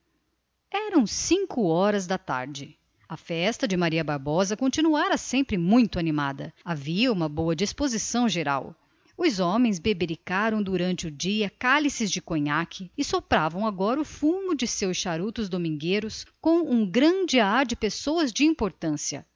eram cinco da tarde a festa de maria bárbara continuara sempre muito animada havia uma boa disposição geral os homens bebericaram durante o dia cálices de conhaque e sopravam agora o fumo dos seus charutos domingueiros com um grande ar de pessoas de importância